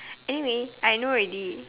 anyway I know already